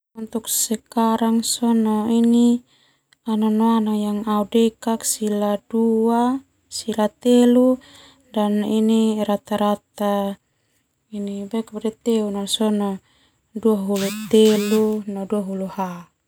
Sekarang au nanoana au deka sekitar sila telu dan rata rata teu nala sona dua hulu telu no dua hulu ha.